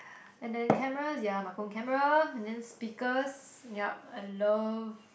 and then cameras ya my phone camera and then speakers ya a loft